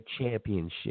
championship